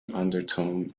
undertone